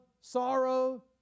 sorrow